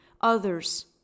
others